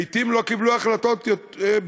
לעתים לא קיבלו החלטות בחייהם,